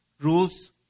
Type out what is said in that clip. rules